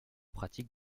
pratiques